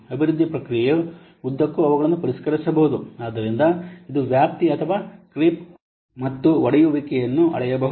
ಅಭಿವೃದ್ಧಿ ಪ್ರಕ್ರಿಯೆಯ ಉದ್ದಕ್ಕೂ ಅವುಗಳನ್ನು ಪರಿಷ್ಕರಿಸಬಹುದು ಆದ್ದರಿಂದ ಇದು ವ್ಯಾಪ್ತಿ ಅಥವಾ ಕ್ರೀಪ್ ಮತ್ತು ಒಡೆಯುವಿಕೆಯನ್ನು ಅಳೆಯಬಹುದು